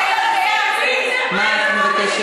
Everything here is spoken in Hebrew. מה את מבקשת?